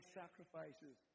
sacrifices